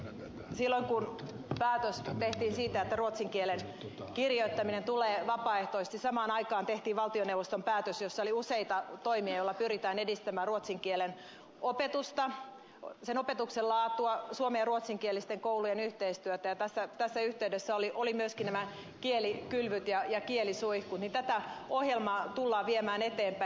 silloin kun päätös tehtiin siitä että ruotsin kielen kirjoittaminen tulee vapaaehtoiseksi samaan aikaan tehtiin valtioneuvoston päätös jossa oli useita toimia joilla pyritään edistämään ruotsin kielen opetusta sen opetuksen laatua suomen ja ruotsinkielisten koulujen yhteistyötä ja tässä yhteydessä olivat myöskin nämä kielikylvyt ja kielisuihkut ja tätä ohjelmaa tullaan viemään eteenpäin